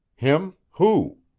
him? who?